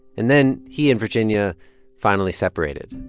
and then he and virginia finally separated.